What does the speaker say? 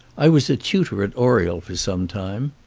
i was a tutor at oriel for some time.